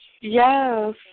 Yes